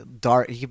Dark